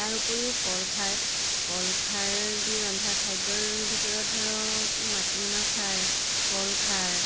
তাৰ উপৰিও কল খাৰ কল খাৰ দি ৰন্ধা খাদ্যৰ ভিতৰত ধৰক মাটিমাহ খাৰ কল খাৰ